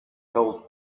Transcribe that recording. told